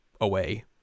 away